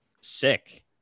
sick